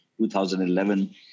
2011